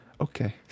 Okay